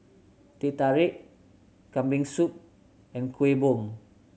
Teh Tarik Kambing Soup and Kuih Bom